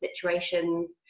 situations